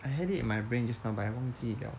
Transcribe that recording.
I had it in my brain just now but I 忘记了